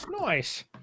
Nice